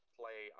play